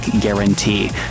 guarantee